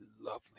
lovely